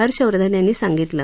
हर्षवर्धन यांनी सांगितलं